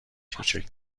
کوچک